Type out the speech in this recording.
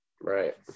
right